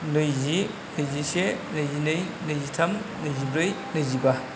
नैजि जिसे नैजिनै नैजिथाम नैजिब्रै नैजिबा